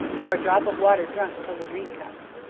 nor a drop of water drunk till the dream comes.